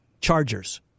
Chargers